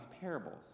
parables